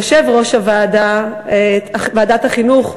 יושב-ראש ועדת החינוך,